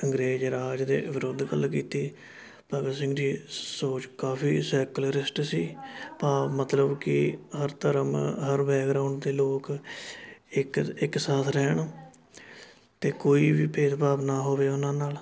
ਅੰਗਰੇਜ਼ ਰਾਜ ਦੇ ਵਿਰੁੱਧ ਗੱਲ ਕੀਤੀ ਭਗਤ ਸਿੰਘ ਦੀ ਸੋਚ ਕਾਫੀ ਸੈਕਲਰਿਸਟ ਸੀ ਭਾਵ ਮਤਲਬ ਕਿ ਹਰ ਧਰਮ ਹਰ ਬੈਕਗਰਾਊਂਡ ਦੇ ਲੋਕ ਇੱਕ ਇੱਕ ਸਾਥ ਰਹਿਣ ਅਤੇ ਕੋਈ ਵੀ ਭੇਦ ਭਾਵ ਨਾ ਹੋਵੇ ਉਹਨਾਂ ਨਾਲ਼